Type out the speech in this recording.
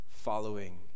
following